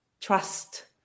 trust